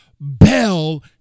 bell